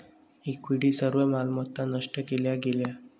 equity सर्व मालमत्ता नष्ट केल्या गेल्या